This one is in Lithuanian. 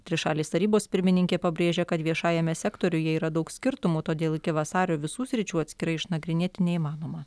trišalės tarybos pirmininkė pabrėžia kad viešajame sektoriuje yra daug skirtumų todėl iki vasario visų sričių atskirai išnagrinėti neįmanoma